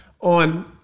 on